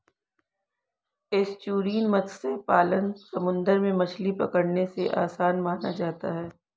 estuarine मत्स्य पालन समुंदर में मछली पकड़ने से आसान माना जाता है